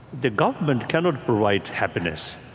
the government cannot provide happiness.